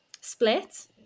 Split